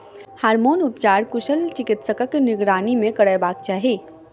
hormone उपचार कुशल चिकित्सकक निगरानी मे करयबाक चाही